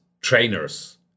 trainers